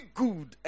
good